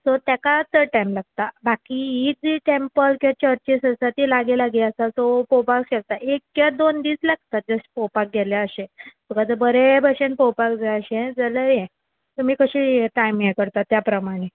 so तेका चड time लागता बाकी ही जी टेंपल किंवां चर्चीस आसा ती लागीं लागीं आसा सो पळोवपाक शकता एक किंवा दोन दीस लागता जस्ट पळोवपाक गेल्या अशें तुका जर बरे भशेन पळोवपाक जाय अशें जाल्यार हे तुमी कशें हे टायम हे करता त्या प्रमाणे